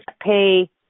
pay